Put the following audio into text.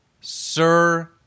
Sir